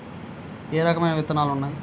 ఏ రకమైన విత్తనాలు ఉన్నాయి?